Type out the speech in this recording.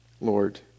Lord